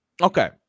okay